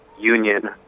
union